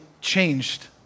changed